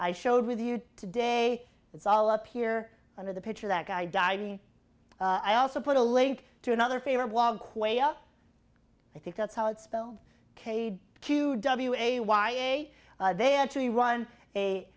i showed with you today it's all up here under the picture that guy died i also put a link to another favorite walkway up i think that's how it's spelled cade q w a y a they actually run a